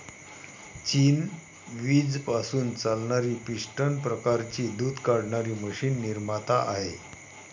चीन वीज पासून चालणारी पिस्टन प्रकारची दूध काढणारी मशीन निर्माता आहे